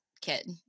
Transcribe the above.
kid